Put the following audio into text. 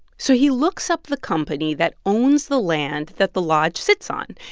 so he looks up the company that owns the land that the lodge sits on.